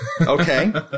Okay